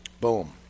Boom